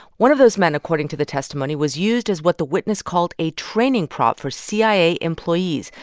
one of those men, according to the testimony, was used as what the witness called a training prop for cia employees,